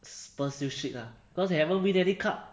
spurs still shit lah cause they haven't win any cup